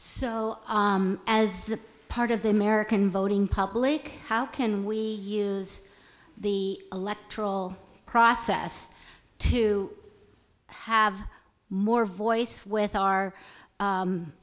so as part of the american voting public how can we use the electoral process to i have more voice with our